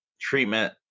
treatment